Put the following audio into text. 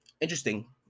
interesting